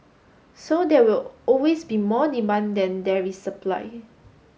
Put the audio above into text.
so there will always be more demand than there is supply